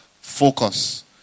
focus